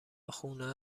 خونه